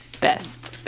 best